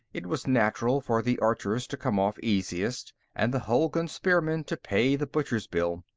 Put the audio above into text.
it was natural for the archers to come off easiest and the hulgun spearmen to pay the butcher's bill.